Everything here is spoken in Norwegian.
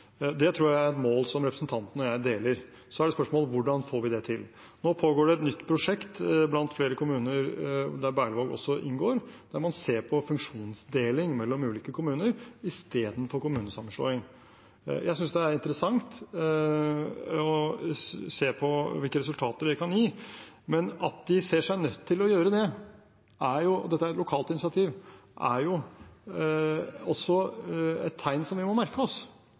Det tror jeg er et mål som representanten og jeg deler. Så er spørsmålet: Hvordan får vi det til? Nå pågår det et nytt prosjekt blant flere kommuner, der Berlevåg også inngår, der man ser på funksjonsdeling mellom ulike kommuner istedenfor kommunesammenslåing. Jeg synes det er interessant å se på hvilke resultater det kan gi. Men at de ser seg nødt til å gjøre det – dette er et lokalt initiativ – er også et tegn som vi må merke oss,